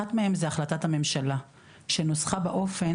אחת מהם זה החלטת הממשלה שנוסחה באופן